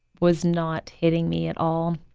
was not hitting me at all.